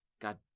God